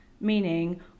Meaning